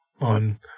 on